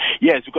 Yes